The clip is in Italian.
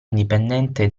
indipendente